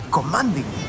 Commanding